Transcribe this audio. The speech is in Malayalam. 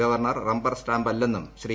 ഗവർണർ റബ്ബർ സ്റ്റാമ്പല്ലെന്നും ശ്രീ